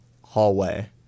hallway